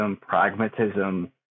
pragmatism